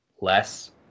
less